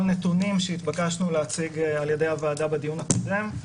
נתונים שהתבקשנו להציג על ידי הוועדה בדיון הקודם.